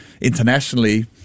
internationally